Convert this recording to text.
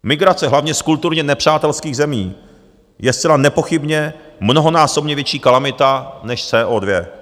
Migrace hlavně z kulturně nepřátelských zemí je zcela nepochybně mnohonásobně větší kalamita než CO2.